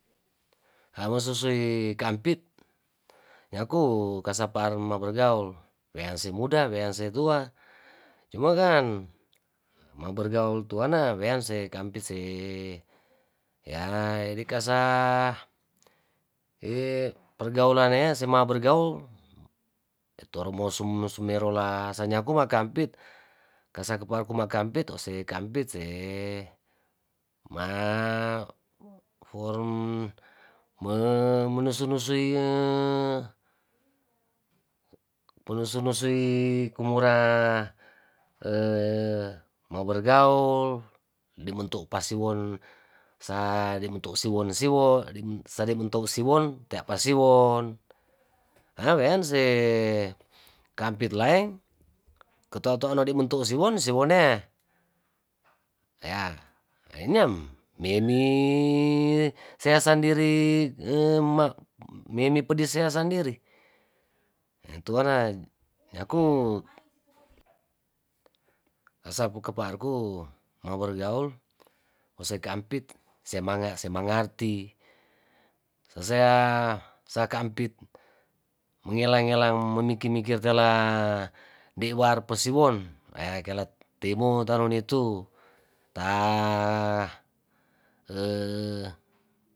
Hawasosoe kampit nyaku kasapar mabergaul weanse muda weanse tua, cuma kan mabergaul tuana weanse kampise ya diakasa pergulan nia sema bergaul kitoro mo sume sumerola sanyaku ma kampit kasakepar kumakampit ose kampit se ma forn me menusu nusu ieee menusu nusui kumura mabergaul dimentu pasiwon sa dimentu siwon siwon sadimentu siwon tea pasiwon ah weanse kampit laeng ketuatuan dimentu siwon siwonea ea ahiyam meni seasandiri ma menipedis seasandiri atuana nyaku sapokepaarku mabergaul mose kampit seamanga semangarti so seakampit mongelang ngelang momikir mikir tela de' war pesiwon eakela temo taronitu ta.